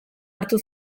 hartu